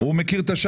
הוא מכיר את זה.